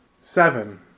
seven